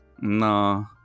No